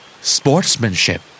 Sportsmanship